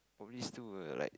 probably still a like